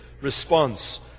response